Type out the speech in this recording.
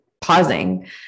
pausing